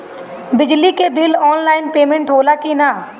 बिजली के bill online payment होला कि ना?